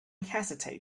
hesitate